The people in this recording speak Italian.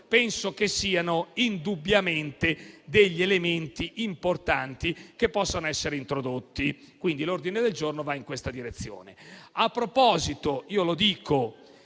questi sono indubbiamente elementi importanti che possono essere introdotti e l'ordine del giorno va in questa direzione.